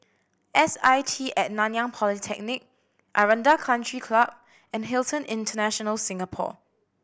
S I T and Nanyang Polytechnic Aranda Country Club and Hilton International Singapore